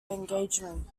engagement